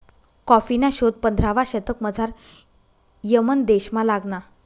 कॉफीना शोध पंधरावा शतकमझाऱ यमन देशमा लागना